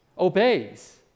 obeys